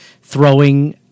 throwing